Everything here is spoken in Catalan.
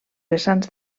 vessants